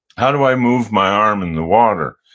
how do i move my arm in the water?